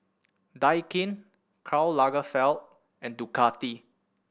Daikin Karl Lagerfeld and Ducati